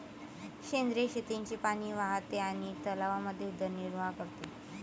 सेंद्रिय शेतीचे पाणी वाहते आणि तलावांमध्ये उदरनिर्वाह करते